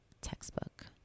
textbook